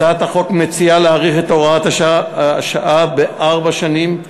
הצעת החוק מציעה להאריך את הוראת השעה בארבע שנים.